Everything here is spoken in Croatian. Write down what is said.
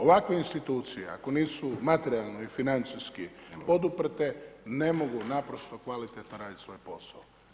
Ovakve institucije ako nisu materijalno i financijski poduprte ne mogu naprosto kvalitetno raditi svoj posao.